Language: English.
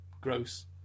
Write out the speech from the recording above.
gross